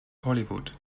hollywood